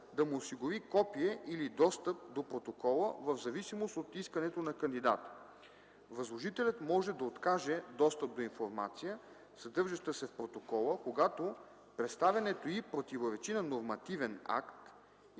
да му осигури копие или достъп до протокола в зависимост от искането на кандидата. Възложителят може да откаже достъп до информация, съдържаща се в протокола, когато предоставянето й противоречи на нормативен акт